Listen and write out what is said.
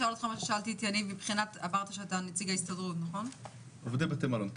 אמרת שאתה נציג ההסתדרות עובדי מלון.